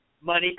money